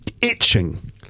itching